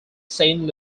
saint